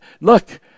Look